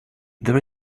there